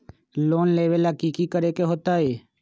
Loan लेबे ला की कि करे के होतई?